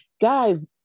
guys